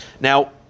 Now